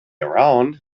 around